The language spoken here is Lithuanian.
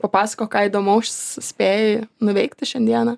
papasakok ką įdomaus spėjai nuveikti šiandieną